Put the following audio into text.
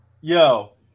Yo